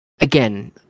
again